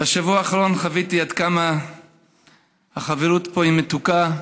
בשבוע האחרון חוויתי עד כמה החברות פה מתוקה.